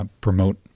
promote